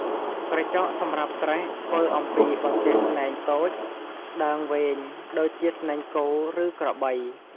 ក្រចកសម្រាប់ត្រេះធ្វើអំពីបន្ទះស្នែងតូច ស្ដើងវែង ដូចជាស្នែងគោ ឬក្របី។